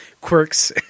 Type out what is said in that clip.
quirks